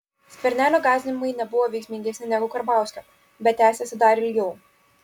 skvernelio gąsdinimai nebuvo veiksmingesni negu karbauskio bet tęsėsi dar ilgiau